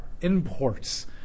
imports